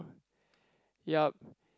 yup